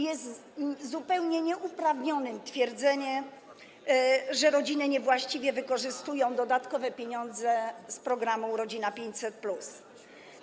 Jest zupełnie nieuprawnione twierdzenie, że rodziny niewłaściwie wykorzystują dodatkowe pieniądze z programu „Rodzina 500+”